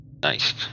Nice